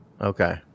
Okay